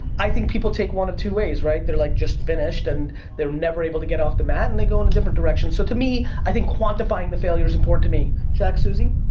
i think people take one of two ways, right? they're like, just finished, and they're never able to get off the mat, and they go in a different direction, so to me, i think quantifying the failure's important to me. jack, suzy?